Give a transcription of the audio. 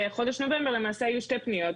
בחודש נובמבר למעשה היו שתי פניות,